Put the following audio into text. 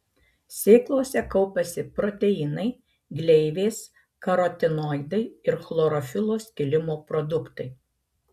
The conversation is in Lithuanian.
sėklose kaupiasi proteinai gleivės karotinoidai ir chlorofilo skilimo produktai